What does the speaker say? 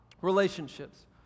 relationships